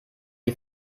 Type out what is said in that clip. die